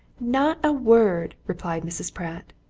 not a word! replied mrs. pratt.